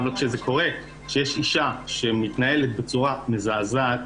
כשיש אישה שמתנהלת בצורה מזעזעת